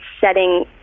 setting